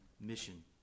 mission